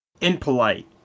impolite